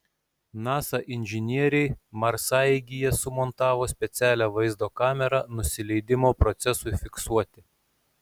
nasa inžinieriai marsaeigyje sumontavo specialią vaizdo kamerą nusileidimo procesui fiksuoti